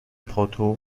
پاتق